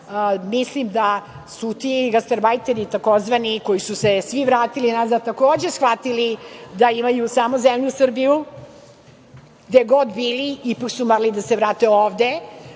mislim da su ti tzv. gastarbajteri koji su se svi vratili nazad takođe shvatili da imaju samo zemlju Srbiju, gde god bili, ipak su morali da se vrate ovde,